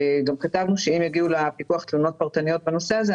וגם כתבנו שאם יגיעו לפיקוח תלונות פרטניות בנושא הזה,